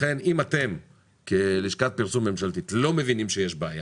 לכן אם אתם בלשכת הפרסום הממשלתית לא מבינים שיש בעיה